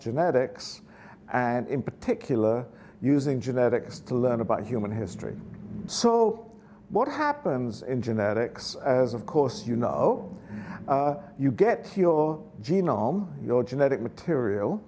genetics and in particular using genetics to learn about human history so what happens in genetics as of course you know you get your genome your genetic material